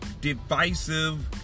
Divisive